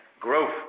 growth